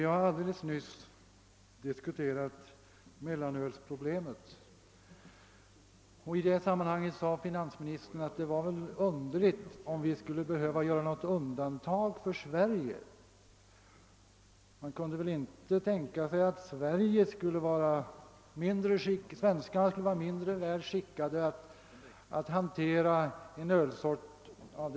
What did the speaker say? Herr talman! Vi diskuterade nyss mellanölsproblemet. Finansministern sade då att det var väl underligt om vi skulle behöva göra något undantag för Sverige — svenskarna var väl inte mindre väl skickade att hantera en ölsort som mellanölet än andra länders medborgare.